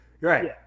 Right